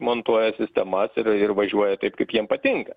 montuoja sistemas ir ir važiuoja taip kaip jiem patinka